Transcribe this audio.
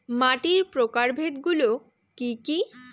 মাটির প্রকারভেদ গুলো কি কী?